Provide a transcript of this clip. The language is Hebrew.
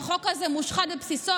החוק הזה מושחת בבסיסו,